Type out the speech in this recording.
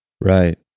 Right